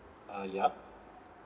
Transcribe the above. uh ya